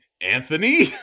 Anthony